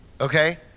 okay